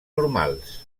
normals